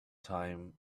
time